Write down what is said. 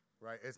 right